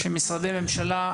שמשרדי ממשלה,